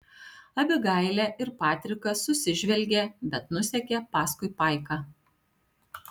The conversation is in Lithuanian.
abigailė ir patrikas susižvelgė bet nusekė paskui paiką